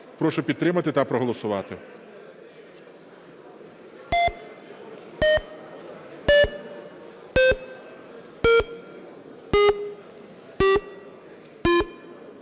Прошу підтримати та проголосувати.